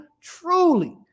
truly